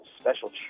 Special